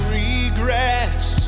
regrets